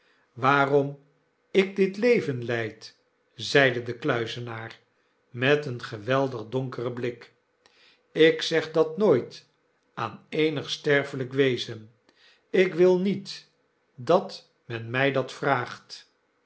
waarom ik dit leven leid zeide de kluizenaar met een geweldig donkeren blik ik zeg dat nooit aan enig sterfelyk wezen ik wil niet dat men my dafc vraagt